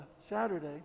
Saturday